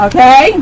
Okay